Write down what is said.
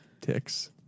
ticks